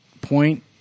point